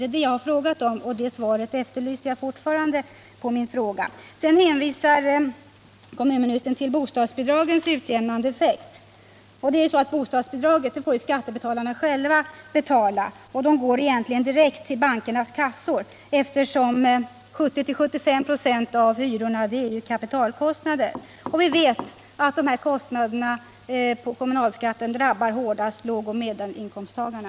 Det är det jag har frågat om, och svaret på den frågan efterlyser jag fortfarande. Vidare hänvisar kommunministern till bostadsbidragens utjämnande effekt. Bostadsbidragen får ju skattebetalarna själva bestrida, och de går egentligen direkt till bankernas kassor, eftersom 70-75 ?6 av hyrorna är kapitalkostnader. Vi vet att dessa kostnader på kommunalskatten hårdast drabbar lågoch medelinkomsttagarna.